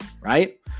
right